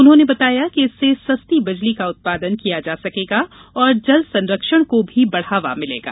उन्होंने बताया कि इससे सस्ती बिजली का उत्पादन किया जा सकेगा और जल संरक्षण को भी बढ़ावा मिलेगा